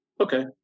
okay